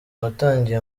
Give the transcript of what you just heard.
watangiye